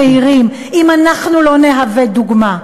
הצעירים אם אנחנו לא נהווה דוגמה?